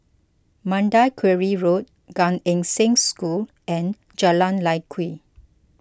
Mandai Quarry Road Gan Eng Seng School and Jalan Lye Kwee